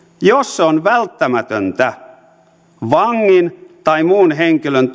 jos se on välttämätöntä vangin tai muun henkilön